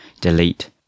delete